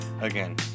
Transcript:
Again